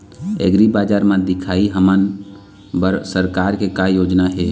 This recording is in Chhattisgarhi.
एग्रीबजार म दिखाही हमन बर सरकार के का योजना हे?